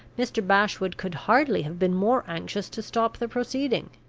mr. bashwood could hardly have been more anxious to stop the proceeding.